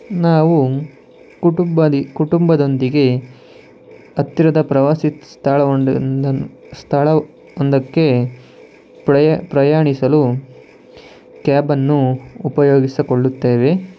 ನಾವು ಕುಟುಂಬಲಿ ಕುಟುಂಬದೊಂದಿಗೆ ಹತ್ತಿರದ ಪ್ರವಾಸಿ ಸ್ಥಳಗೊಂಡಿಂದನ್ನು ಸ್ಥಳ ಒಂದಕ್ಕೆ ಪ್ಳಯ ಪ್ರಯಾಣಿಸಲು ಕ್ಯಾಬನ್ನು ಉಪಯೋಗಿಸಕೊಳ್ಳುತ್ತೇವೆ